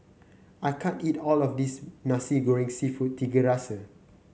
I can't eat all of this Nasi Goreng seafood Tiga Rasa